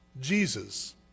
Jesus